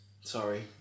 sorry